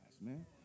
man